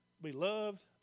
beloved